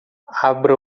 abra